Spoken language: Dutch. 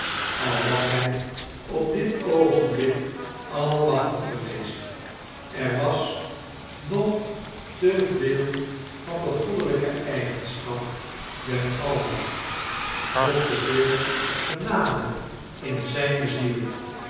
al was hij op dit oogenblik almachtig geweest er was nog te veei van de goddelijke eigenschap deir almacht nog te veel gehade in zijne ziel